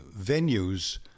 venues